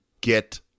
get